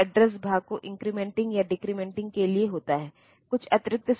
क्योंकि आप प्रत्येक इंस्ट्रक्शन को निष्पादित करने के लिए आवश्यक समय की गणना करने में सक्षम होंगे